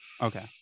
Okay